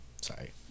Sorry